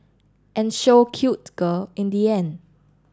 and show cute girl in the end